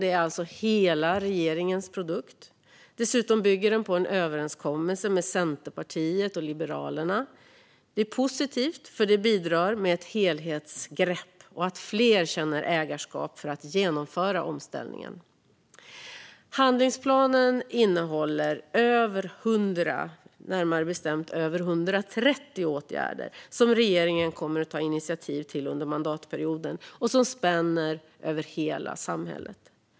Det är alltså hela regeringens produkt. Dessutom bygger den på en överenskommelse med Centerpartiet och Liberalerna. Det är positivt, eftersom det bidrar till ett helhetsgrepp och till att fler känner ägarskap för att genomföra omställningen. Handlingsplanen innehåller över 100, närmare bestämt över 130, åtgärder som regeringen kommer att ta initiativ till under mandatperioden och som spänner över hela samhället.